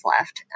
left